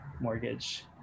mortgage